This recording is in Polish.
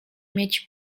mieć